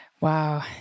Wow